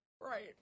Right